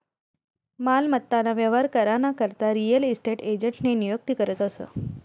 मालमत्ता ना व्यवहार करा ना करता रियल इस्टेट एजंटनी नियुक्ती करतस